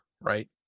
right